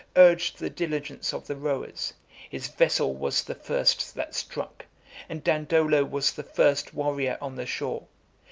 urged the diligence of the rowers his vessel was the first that struck and dandolo was the first warrior on the shore.